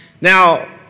Now